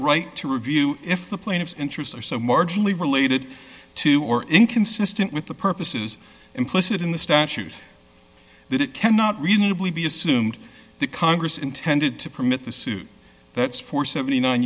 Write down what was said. right to review if the plaintiffs interests are so marginally related to or inconsistent with the purposes implicit in the statute that it cannot reasonably be assumed that congress intended to permit the suit that's for seventy nine